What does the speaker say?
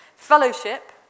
Fellowship